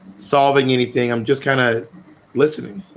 solving anything. i'm just kind of listening